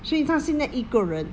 所以她现在一个人